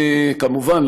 כמובן,